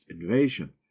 invasion